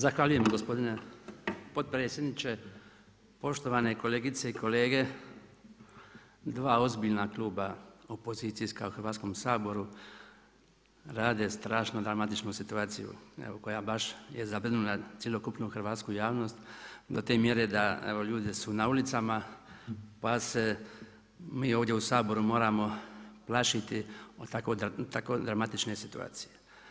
Zahvaljujem gospodine potpredsjedniče, poštovane kolegice i kolege, dva ozbiljna kluba opozicijska u Hrvatskom saboru rade strašno dramatičnu situaciju evo koja baš je zabrinula cjelokupnu hrvatsku javnost do te mjere da evo ljudi su na ulicama pa se mi ovdje u Saboru moramo plašiti tako dramatične situacije.